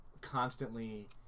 constantly